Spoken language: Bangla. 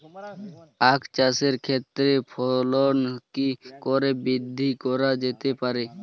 আক চাষের ক্ষেত্রে ফলন কি করে বৃদ্ধি করা যেতে পারে?